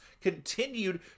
continued